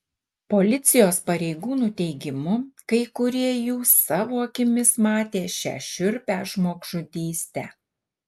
policijos pareigūnų teigimu kai kurie jų savo akimis matė šią šiurpią žmogžudystę